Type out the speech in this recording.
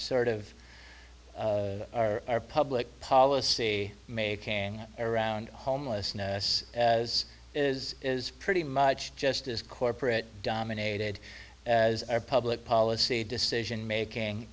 of our public policy making around homelessness as is is pretty much just as corporate dominated as our public policy decision making